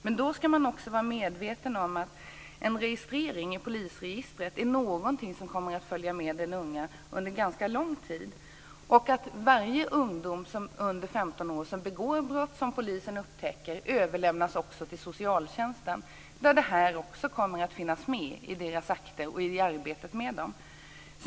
Men då ska man också vara medveten om att en registrering i polisregistret är någonting som kommer att följa med den unge under ganska lång tid. Alla ungdomar under 15 år som begår brott som polisen upptäcker överlämnas till socialtjänsten. Där kommer detta också att finnas med i deras akter och i arbetet med dem.